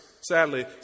sadly